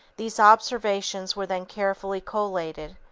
these observations were then carefully collated,